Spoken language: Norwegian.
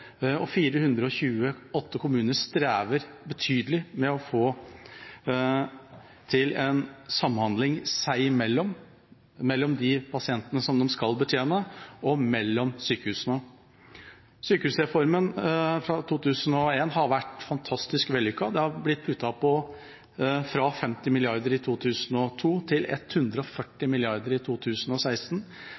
og 428 kommuner strever betydelig med å få til en samhandling seg imellom, mellom pasientene de skal betjene, og mellom sykehusene. Sykehusreformen fra 2001 har vært fantastisk vellykket. Man har, fra 50 mrd. kr i 2002, puttet på til 140 mrd. kr i 2016.